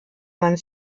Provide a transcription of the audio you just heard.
man